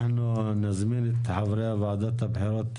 אנחנו נזמין את חברי ועדת הבחירות,